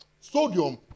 sodium